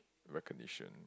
recognition